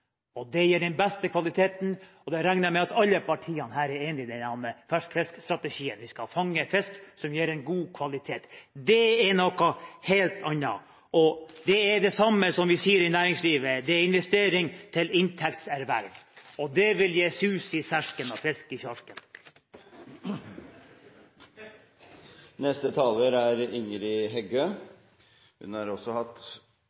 Det gir den beste kvaliteten. Jeg regner med at alle partiene her er enig i ferskfiskstrategien: Vi skal fange fisk på en måte som gir god kvalitet. Det er noe helt annet. Det er det samme som vi sier i næringslivet: Det er investering til inntekts ervervelse. Det vil gi sus i serken og fisk i sjarken! Representanten Ingrid Heggø har hatt